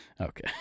Okay